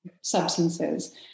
substances